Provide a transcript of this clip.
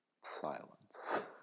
Silence